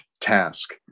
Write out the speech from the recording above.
task